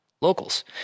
locals